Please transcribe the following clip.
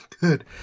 Good